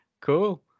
cool